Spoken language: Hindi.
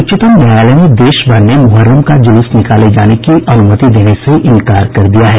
उच्चतम न्यायालय ने देशभर में मुहर्रम का जुलूस निकाले जाने की अनुमति देने से इंकार कर दिया है